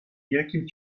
wielkim